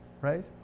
right